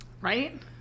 right